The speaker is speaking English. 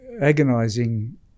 agonizing